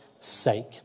sake